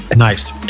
nice